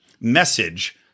message